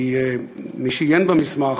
כי מי שעיין במסמך,